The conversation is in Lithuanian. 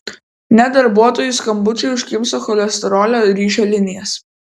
net darbuotojų skambučiai užkimšo cholesterolio ryšio linijas